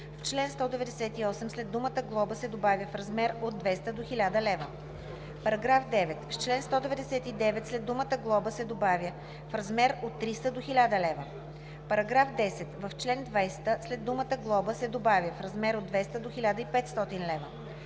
В чл. 198 след думата „глоба“ се добавя „в размер от 200 до 1000 лв.“. § 9. В чл. 199 след думата „глоба“ се добавя „в размер от 300 до 1000 лв.“. § 10. В чл. 200 след думата „глоба“ се добавя „в размер от 200 до 1500 лв.“.